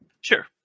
sure